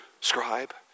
scribe